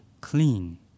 clean